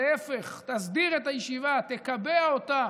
להפך, תסדיר את הישיבה, תקבע אותה.